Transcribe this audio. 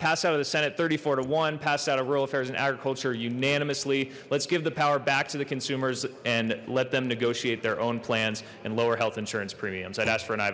passed out of the senate thirty four to one passed out of rural affairs an agriculture unanimously let's give the power back to the consumers and let them negotiate their own plans and lower health insurance premiums i'd ask for